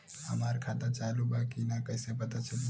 हमार खाता चालू बा कि ना कैसे पता चली?